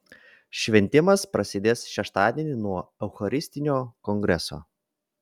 šventimas prasidės šeštadienį nuo eucharistinio kongreso